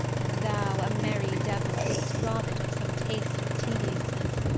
and thou, a merry devil, didst rob it of some taste of tediousness.